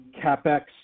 CapEx